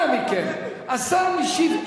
השר משיב,